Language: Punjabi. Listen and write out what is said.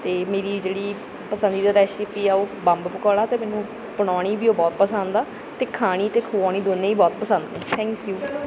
ਅਤੇ ਮੇਰੀ ਜਿਹੜੀ ਪਸੰਦੀਦਾ ਰੈਸੀਪੀ ਕੀ ਆ ਉਹ ਬੰਬ ਪਕੌੜਾ ਅਤੇ ਮੈਨੂੰ ਬਣਾਉਣੀ ਵੀ ਉਹ ਬਹੁਤ ਪਸੰਦ ਆ ਅਤੇ ਖਾਣੀ ਅਤੇ ਖਵਾਉਣੀ ਦੋਨੇ ਹੀ ਬਹੁਤ ਪਸੰਦ ਆ ਥੈਂਕ ਯੂ